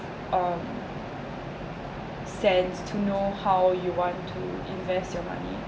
um sense to know how you want to invest your money